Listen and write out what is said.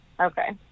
okay